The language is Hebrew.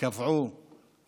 קבעו